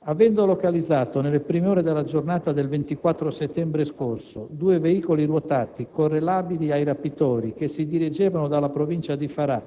Avendo localizzato, nelle prime ore della giornata del 24 settembre scorso, due veicoli ruotati correlabili ai rapitori che si dirigevano dalla provincia di Farah